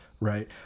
Right